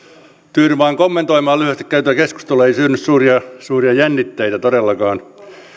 tyydyn vain kommentoimaan lyhyesti käytyä keskustelua ei synny suuria suuria jännitteitä todellakaan